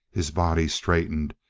his body straightened,